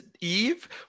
Eve